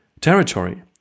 territory